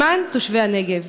למען תושבי הנגב.